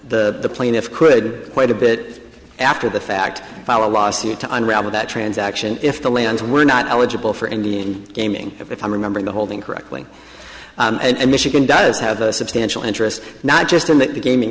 the plaintiff could quite a bit after the fact follow a lawsuit to unravel that transaction if the lands were not eligible for indian gaming if i'm remembering the holding correctly and michigan does have a substantial interest not just in the gaming